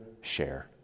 share